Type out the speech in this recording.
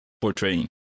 portraying